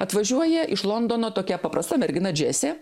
atvažiuoja iš londono tokia paprasta mergina džesė